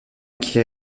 qui